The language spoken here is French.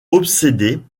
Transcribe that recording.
obsédé